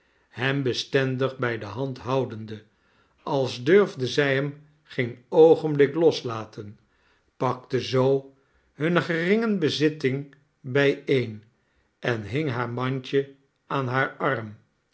hem bestendig bij de hand houdende als durifde zij hem geen oogenblik loslaten pakte zoo hunne geringe bezitting bijeen en hing haar mandje aan haar arm